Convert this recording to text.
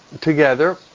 together